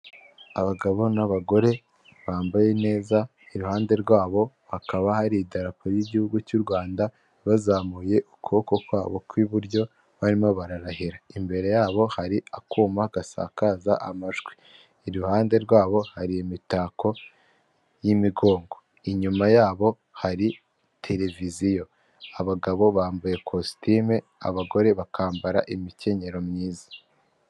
Abagabo n'abagore bambaye neza, iruhande rwabo hakaba hari idarapo y'igihugu cy'Urwanda bazamuye ukuboko kwabo kw'iburyo barimo bararahira, imbere yabo hari akuma gasakaza amajwi, iruhande rwabo hari imitako y'imigongo, inyuma yabo hari televiziyo, abagabo bambaye kositime, abagore bakambara imikenyero myiza.